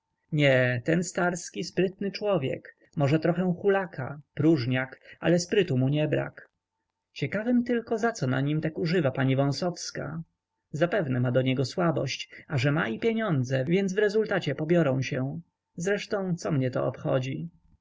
nie ten starski sprytny człowiek może trochę hulaka próżniak ale sprytu mu nie brak ciekawym tylko zaco tak na nim używa pani wąsowska zapewne ma do niego słabość a że ma i pieniądze więc w rezultacie pobiorą się zresztą co mnie to obchodzi